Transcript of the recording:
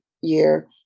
year